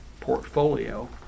portfolio